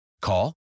Call